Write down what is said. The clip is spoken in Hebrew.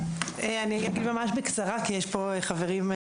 אני אגיד ממש בקצרה, כי יש פה חברים רבים.